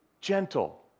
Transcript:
gentle